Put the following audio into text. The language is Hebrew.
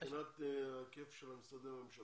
מבחינת ההיקף של משרדי הממשלה,